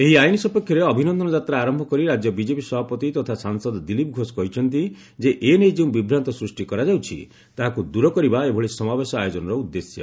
ଏହି ଆଇନ ସପକ୍ଷରେ ଅଭିନନ୍ଦନ ଯାତ୍ରା ଆରମ୍ଭ କରି ରାଜ୍ୟ ବିଜ୍ଜେପି ସଭାପତି ତଥା ସାଂସଦ ଦିଲ୍ଲୀପ ଘୋଷ କହିଛନ୍ତି ଯେ ଏ ନେଇ ଯେଉଁ ବିଭ୍ରାନ୍ତି ସୃଷ୍ଟି କରାଯାଉଛି ତାହାକୁ ଦୂର କରିବା ଏଭଳି ସମାବେଶ ଆୟୋଜନର ଉଦ୍ଦେଶ୍ୟ